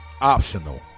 Optional